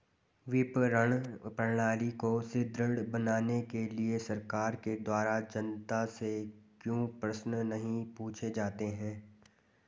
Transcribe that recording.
विपणन प्रणाली को सुदृढ़ बनाने के लिए सरकार के द्वारा जनता से क्यों प्रश्न नहीं पूछे जाते हैं?